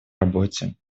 работе